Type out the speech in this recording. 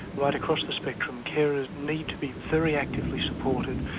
right across the spectrum carers need to be very actively supported.